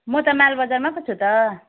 म त मालबजारमा पो छु त